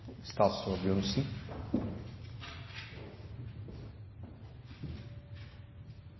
statsråd.